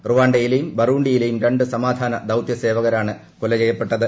റുവാണ്ടയിലെയും ബറൂണ്ടിയിലെയും രണ്ട് സമാധാന ദൌത്യസേവകരാണ് കൊല ചെയ്യപ്പെട്ടത്